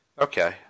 Okay